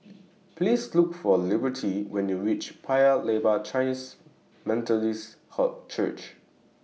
Please Look For Liberty when YOU REACH Paya Lebar Chinese Methodist Church